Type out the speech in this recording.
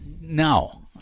no